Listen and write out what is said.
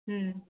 ହୁଁ